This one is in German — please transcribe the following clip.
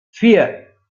vier